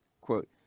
quote